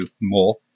more